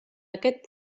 aquest